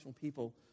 people